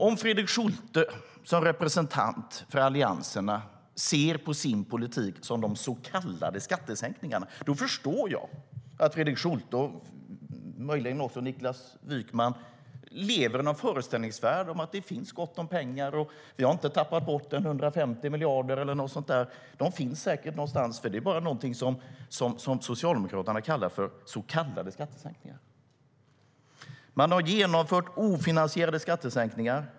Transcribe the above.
Om Fredrik Schulte som representant för Alliansen ser på sin politik som de så kallade skattesänkningarna förstår jag att han, och möjligen också Niklas Wykman, lever i en föreställningsvärld där det finns gott om pengar. Vi har visst inte tappat bort 150 miljarder eller någonting sådant, tror de. De finns säkert någonstans, för det är bara något som Socialdemokraterna kallar för så kallade skattesänkningar. Man har genomfört ofinansierade skattesänkningar.